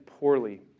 poorly